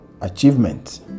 achievements